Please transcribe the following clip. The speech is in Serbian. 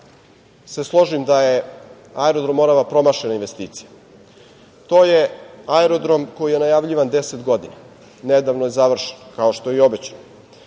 se složim da je aerodrom „Morava“ promašena investicija. To je aerodrom koji je najavljivan deset godina. Nedavno je završen, kao što je i obećano.